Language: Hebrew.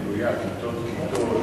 בנויה כיתות כיתות,